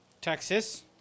Texas